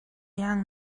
young